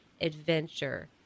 adventure